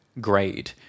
grade